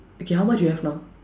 okay how much you have now